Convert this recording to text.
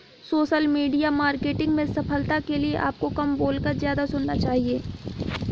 social media marketing में सफलता के लिए आपको कम बोलकर ज्यादा सुनना चाहिए